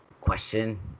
question